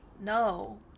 No